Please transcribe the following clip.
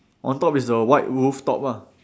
on top is the white roof top ah